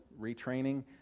retraining